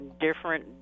different